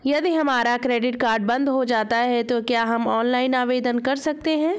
यदि हमारा credit card बंद हो जाता है तो क्या हम ऑनलाइन आवेदन कर सकते हैं?